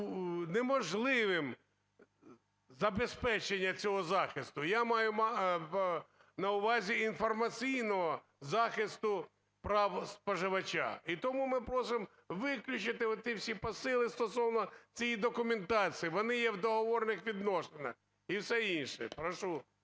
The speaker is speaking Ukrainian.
неможливим забезпечення цього захисту. Я маю на увазі інформаційного захисту прав споживача. І тому ми просимо виключити оті всі посили стосовно цієї документації, вони є в договірних відносинах і все інше. Прошу…